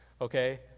okay